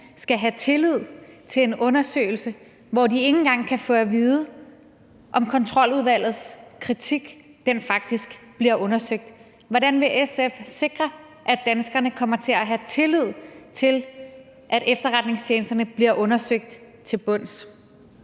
skal have tillid til en undersøgelse, hvor de ikke engang kan få at vide, om Kontroludvalgets kritik faktisk bliver undersøgt. Hvordan vil SF sikre, at danskerne kommer til at have tillid til, at efterretningstjenesterne bliver undersøgt til bunds?